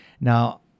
Now